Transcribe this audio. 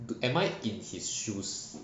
am I in his shoes